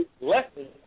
lesson